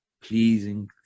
pleasing